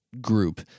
group